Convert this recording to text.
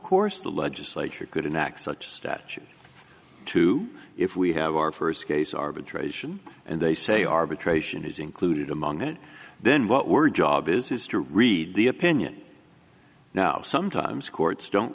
course the legislature could enact such statute to if we have our first case arbitration and they say arbitration is included among that then what we're job is is to read the opinion now sometimes courts don't